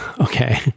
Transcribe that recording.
Okay